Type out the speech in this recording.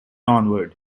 onward